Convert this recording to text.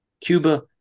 Cuba